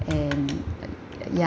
and uh uh ya